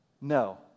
No